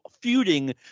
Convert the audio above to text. feuding